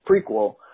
prequel